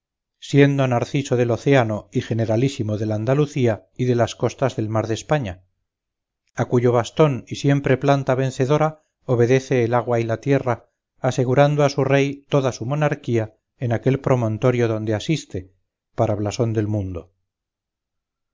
siendo narciso del océano y generalísimo del andalucía y de las costas del mar de españa a cuyo bastón y siempre planta vencedora obedece el agua y la tierra asegurando a su rey toda su monarquía en aquel promontorio donde asiste para blasón del mundo